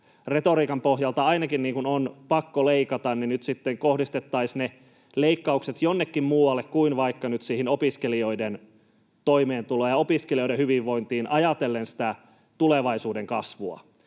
retoriikan pohjalta ainakin — pakko leikata, niin kohdistettaisiin ne leikkaukset nyt jonnekin muualle kuin vaikka siihen opiskelijoiden toimeentuloon ja opiskelijoiden hyvinvointiin, ajatellen sitä tulevaisuuden kasvua.